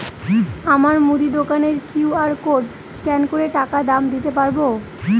আমার মুদি দোকানের কিউ.আর কোড স্ক্যান করে টাকা দাম দিতে পারব?